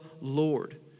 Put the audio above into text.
Lord